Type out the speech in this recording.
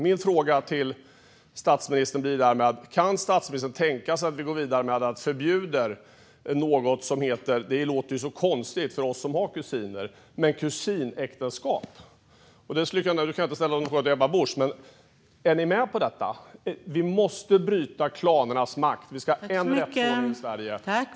Min fråga till statsministern blir därmed: Kan statsministern tänka sig att vi går vidare med att förbjuda något som låter konstigt för oss som har kusiner, nämligen kusinäktenskap? Jag kan inte ställa någon fråga till Ebba Busch, men är ni med på detta? Vi måste bryta klanernas makt. Vi ska ha en rättsordning i Sverige. Vad säger statsministern?